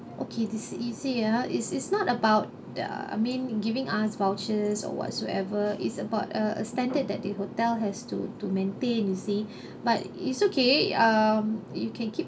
okay this easy ah it's it's not about the I mean giving us vouchers or whatsoever is about a a standard that the hotel has to to maintain you see but it's okay um you can keep